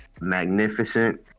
magnificent